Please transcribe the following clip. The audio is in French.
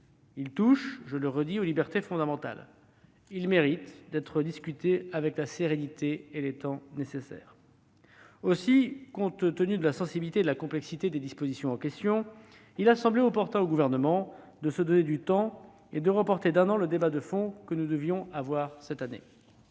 Ils touchent aux libertés fondamentales. Ils méritent d'être discutés avec la sérénité et le temps nécessaires. Aussi, compte tenu de la sensibilité et de la complexité des dispositions en question, il a semblé opportun au Gouvernement de se donner du temps et de reporter d'un an le débat de fond que nous devions avoir cette année.